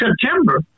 September